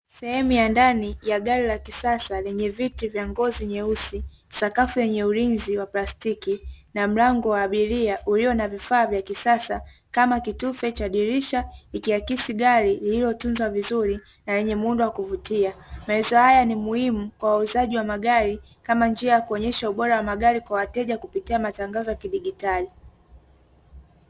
Sehemu ya ndani ya gari la kisasa, lenye viti vya ngozi nyeusi, sakafu yenye ulinzi wa plastiki na mlango wa abiria ulio na vifaa vya kisasa kama kitufe cha dirisha, ikiakisi gari lililotunzwa vizuri na lenye muundo wa kuvutia, mauzo haya ni muhimu kwa uuzaji wa magari kama njia ya kuonyesha ubora wa magari kwa wateja kupitia matangazo ya kidijitali.